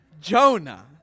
Jonah